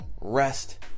Rest